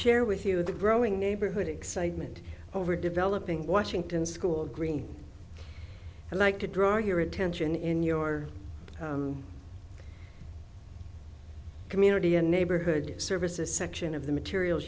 share with you the growing neighborhood excitement over developing washington school of green and like to draw your attention in your community and neighborhood services section of the materials